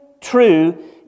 true